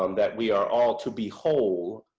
um that we are all to be whole,